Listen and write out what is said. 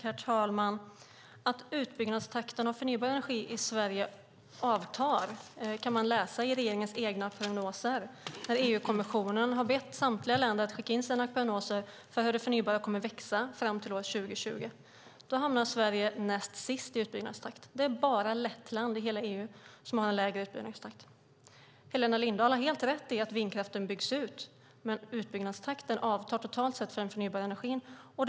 Herr talman! Att utbyggnadstakten av förnybar energi avtar i Sverige kan man läsa i regeringens egna prognoser. EU-kommissionen har bett samtliga länder att skicka in sina prognoser för hur det förnybara kommer att växa fram till år 2020. Sverige hamnar näst sist när det gäller utbyggnadstakt. Det är bara Lettland i hela EU som har lägre utbyggnadstakt. Helena Lindahl har helt rätt i att vindkraften byggs ut, men utbyggnadstakten för den förnybara energin avtar.